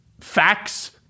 facts